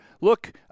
look